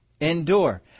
Endure